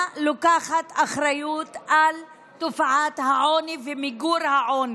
לוקחת אחריות על תופעת העוני ועל מיגור העוני.